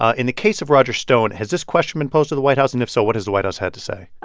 ah in the case of roger stone, has this question been posed to the white house? and if so, what has the white house had to say?